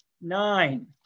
nine